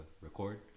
record